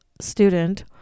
student